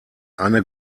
eine